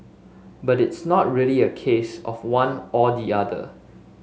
but it's not really a case of one or the other